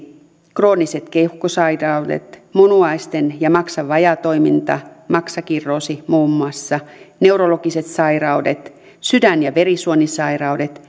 krooniset keuhkosairaudet munuaisten ja maksan vajaatoiminta maksakirroosi muun muassa neurologiset sairaudet sydän ja verisuonisairaudet